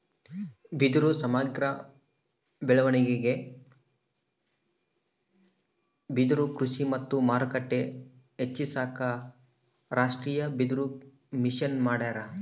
ಬಿದಿರು ಸಮಗ್ರ ಬೆಳವಣಿಗೆಗೆ ಬಿದಿರುಕೃಷಿ ಮತ್ತು ಮಾರುಕಟ್ಟೆ ಹೆಚ್ಚಿಸಾಕ ರಾಷ್ಟೀಯಬಿದಿರುಮಿಷನ್ ಮಾಡ್ಯಾರ